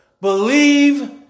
believe